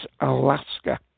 Alaska